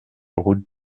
route